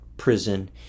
prison